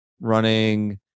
running